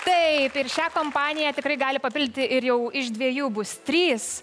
taip ir šią kompaniją tikrai gali papildyti ir jau iš dviejų bus trys